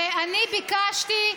ואני ביקשתי,